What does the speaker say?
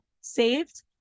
saved